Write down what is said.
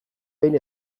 behin